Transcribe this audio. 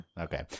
okay